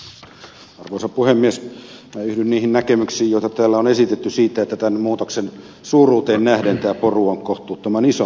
minä yhdyn niihin näkemyksiin joita täällä on esitetty siitä että tämän muutoksen suuruuteen nähden tämä poru mikä tätä vastaan nyt täällä on on kohtuuttoman iso